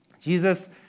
Jesus